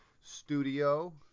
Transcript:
Studio